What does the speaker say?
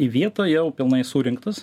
į vietą jau pilnai surinktas